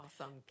awesome